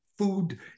Food